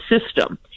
system